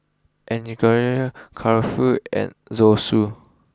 Kulfi and Zosui